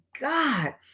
God